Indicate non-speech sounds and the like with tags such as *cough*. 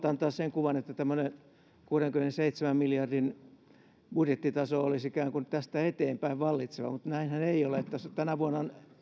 *unintelligible* antaa sen kuvan että tämmöinen kuudenkymmenenseitsemän miljardin budjettitaso olisi ikään kuin tästä eteenpäin vallitseva mutta näinhän ei ole tänä vuonna on